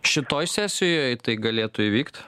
šitoj sesijoj tai galėtų įvykt